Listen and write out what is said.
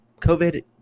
COVID